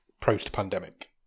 post-pandemic